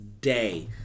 day